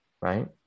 right